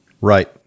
Right